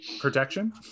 protection